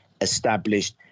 established